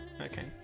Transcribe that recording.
okay